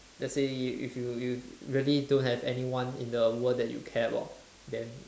let's say if if you you really don't have anyone in the world that you care about then